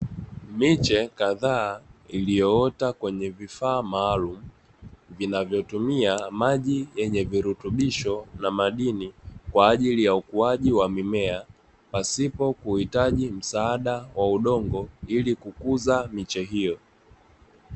Miche kadhaa iliyoota kwenye vifaa maalumu inatumia maji yenye virutubisho na madini kwa ajili ya ukuaji wa mimea, pasipo kuhitaji msaada wa udongo ili kukuza miche hiyo.